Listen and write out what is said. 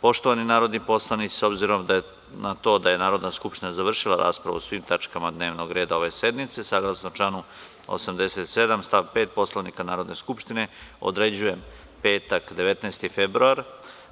Poštovani narodni poslanici, s obzirom na to da je Narodna skupština završila raspravu o svim tačkama dnevnog reda ove sednice, saglasno članu 87. stav 5. Poslovnika Narodne skupštine, određujem petak, 19. februar